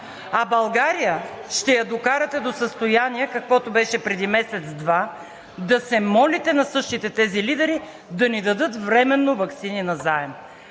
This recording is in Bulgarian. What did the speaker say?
А България ще я докарате до състояние, в каквото беше преди месец-два, да се молите на същите тези лидери да ни дадат временно ваксини назаем.